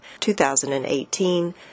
2018